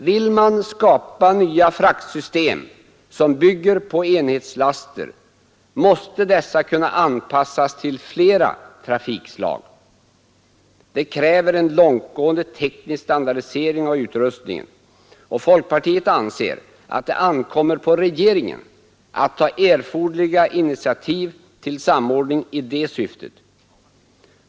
Vill man skapa nya fraktsystem som bygger på enhetslaster måste dessa kunna anpassas till flera trafikslag. Det kräver en långtgående teknisk standardisering av utrustningen. Folkpartiet anser att det ankommer på regeringen att ta erforderliga initiativ till samordning i det syftet.